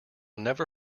never